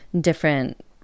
different